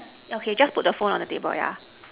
okay just put the phone on the table yeah